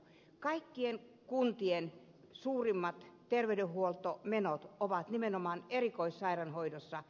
kaikkien kuntien suurimmat terveydenhuoltomenot ovat nimenomaan erikoissairaanhoidossa